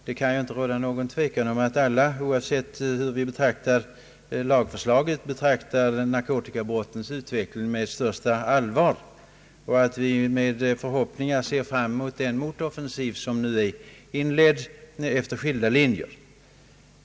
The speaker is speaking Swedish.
Det kan icke råda någon tvekan om att alla, oavsett hur vi betraktar lagförslaget, ser på narkotikabrottens utveckling med det största allvar och att vi med förhoppningar ser fram mot den motoffensiv som nu är inledd efter skilda linjer.